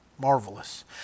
Marvelous